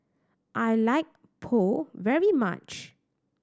I like Pho very much